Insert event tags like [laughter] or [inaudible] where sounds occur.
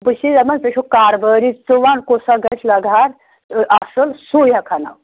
بہٕ چھِسَے دَپان ژٕ چھُکھ کاربٲری ژٕ وَن کُس اَکھ گژھِ لگہار [unintelligible] اَصٕل سُے اَکھ اَنو